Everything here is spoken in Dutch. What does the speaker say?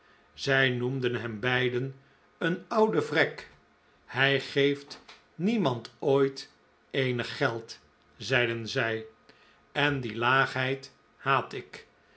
zij noemden hem beiden een ouden vrek hij geeft niemand ooit eenig geld zeiden zij en die laagheid haat ik